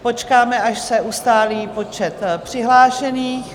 Počkáme, až se ustálí počet přihlášených.